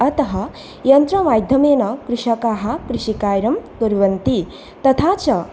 अतः यन्त्रमाध्यमेन कृषकाः कृषिकार्यं कुर्वन्ति तथा च